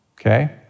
okay